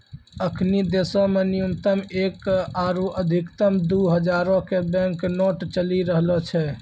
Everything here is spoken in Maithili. अखनि देशो मे न्यूनतम एक आरु अधिकतम दु हजारो के बैंक नोट चलि रहलो छै